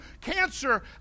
cancer